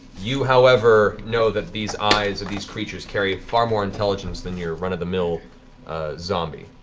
you, however, know that these eyes of these creatures carry far more intelligence than your run-of-the-mill zombie.